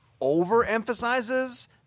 overemphasizes